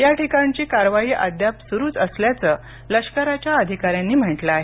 या ठिकाणची कारवाई अद्याप सुरूच असल्याच लष्कराच्या अधिकाऱ्यांनी म्हटल आहे